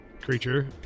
creature